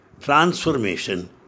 transformation